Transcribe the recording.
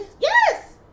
Yes